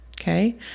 okay